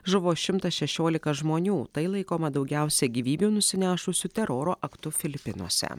žuvo šimtas šešiolika žmonių tai laikoma daugiausia gyvybių nusinešusiu teroro aktu filipinuose